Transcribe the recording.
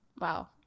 wow